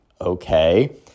okay